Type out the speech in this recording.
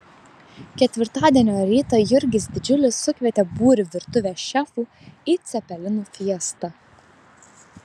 ketvirtadienio rytą jurgis didžiulis sukvietė būrį virtuvės šefų į cepelinų fiestą